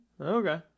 Okay